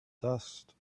dust